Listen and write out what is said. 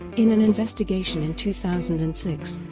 in an investigation in two thousand and six,